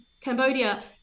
Cambodia